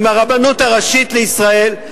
עם הרבנות הראשית לישראל,